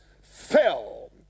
fell